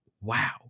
wow